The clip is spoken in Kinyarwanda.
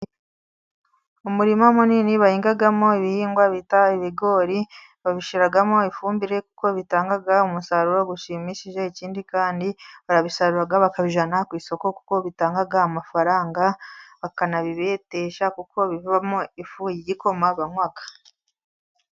Umurima munini bahingamo ibihingwa bita ibigori. Babishyiramo ifumbire kuko bitanga umusaruro ushimishije. Ikindi kandi barabisarura bakabijyana ku isoko kuko bitanga amafaranga, bakanabibetesha kuko bivamo ifu y'igikoma banywa.